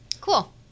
Cool